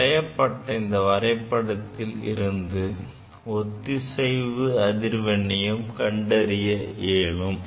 வரையப்பட்ட அந்த வரைபடத்தில் இருந்து ஒத்திசைவு அதிர்வெண்ணையும் கண்டறிய இயலும்